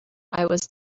was